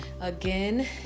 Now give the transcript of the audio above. Again